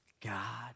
God